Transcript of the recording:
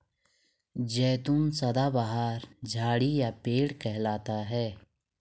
जैतून सदाबहार झाड़ी या पेड़ कहलाता है